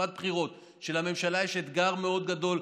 בתקופת בחירות כשלממשלה יש אתגר מאוד גדול,